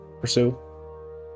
pursue